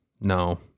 No